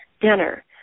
dinner